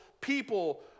people